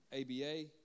ABA